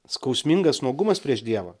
skausmingas nuogumas prieš dievą